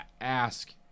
ask